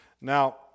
Now